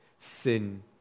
Sin